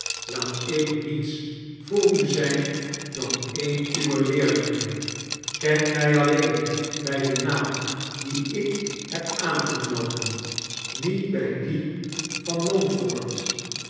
laat ik niets voor u zijn dan een uwer leerlingen ken mij alleen bij den naam dien ik heb aangenomen niet bij dien